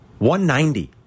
190